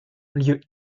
lieu